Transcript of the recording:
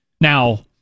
now